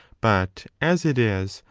but as it is,